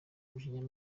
umujinya